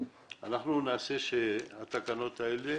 אנחנו נעשה שהתקנות תהיינה